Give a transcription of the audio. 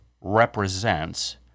represents –